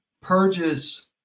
purges